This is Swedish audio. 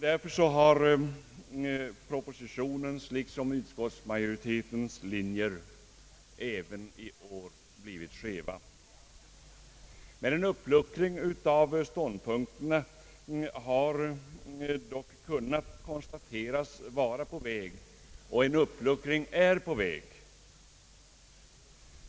Därför har propositionens liksom utskottsmajoritetens linjer även i år blivit skeva. Men en uppluckring av ståndpunkterna har dock kunnat konstateras vara på väg.